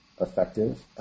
effective